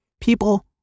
People